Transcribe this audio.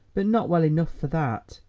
but not well enough for that.